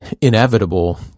inevitable